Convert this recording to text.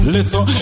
Listen